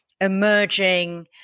Emerging